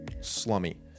slummy